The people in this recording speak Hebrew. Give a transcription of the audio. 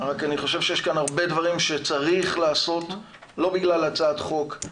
רק אני חושב שיש כאן הרבה דברים שצריך לעשות לא בגלל הצעת חוק,